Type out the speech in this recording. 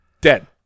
Dead